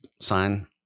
sign